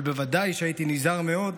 אבל בוודאי שהייתי נזהר מאוד מלדבר,